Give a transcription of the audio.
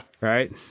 Right